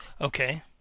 Okay